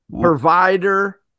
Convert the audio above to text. Provider